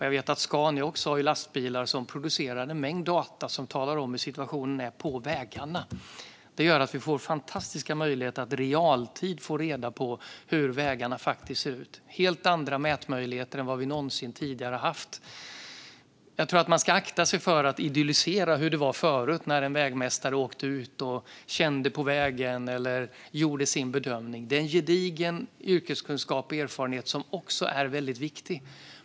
Jag vet att också Scania har lastbilar som producerar en mängd data som talar om hur situationen är på vägarna. Det gör att vi får fantastiska möjligheter att i realtid få reda på hur vägarna faktiskt ser ut. Det är helt andra mätmöjligheter än vad vi någonsin tidigare har haft. Jag tror att man ska akta sig för att idyllisera hur det var förut, när en vägmästare åkte ut och kände på vägen och gjorde sin bedömning. Det är en gedigen yrkeskunskap och erfarenhet som också är väldigt viktig.